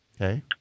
Okay